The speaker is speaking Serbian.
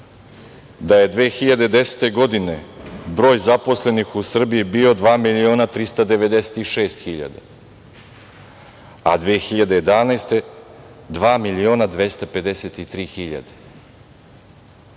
da je 2010. godine broj zaposlenih u Srbiji bio 2.396.000 a 2011. godine 2.253.000.